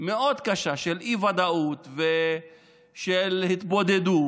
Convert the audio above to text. תקופה מאוד קשה של אי-ודאות ושל התבודדות